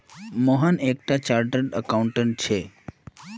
मोहन एक टा chartered accountant छे